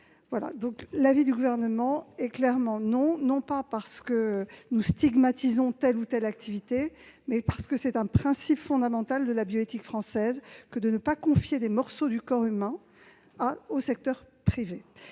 cette ouverture au secteur privé, non parce que nous stigmatisons telle ou telle activité, mais parce que c'est un principe fondamental de la bioéthique que de ne pas confier des morceaux du corps humain au secteur privé.